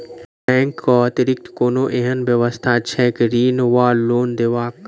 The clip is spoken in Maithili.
बैंक केँ अतिरिक्त कोनो एहन व्यवस्था छैक ऋण वा लोनदेवाक?